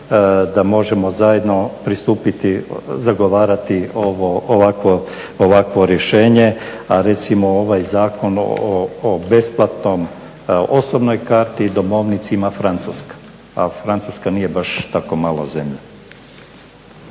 da možemo zajedno pristupiti, zagovarati ovakvo rješenje, a recimo ovaj zakon o besplatnoj osobnoj karti i domovnici ima Francuska, a Francuska nije baš tako mala zemlja.